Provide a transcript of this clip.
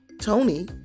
Tony